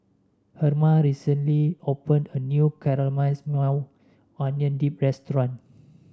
Herma recently opened a new Caramelized Maui Onion Dip restaurant